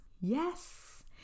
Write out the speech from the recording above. Yes